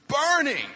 burning